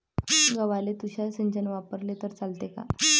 गव्हाले तुषार सिंचन वापरले तर चालते का?